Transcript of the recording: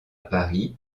paris